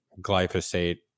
glyphosate